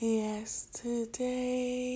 yesterday